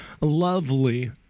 lovely